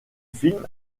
film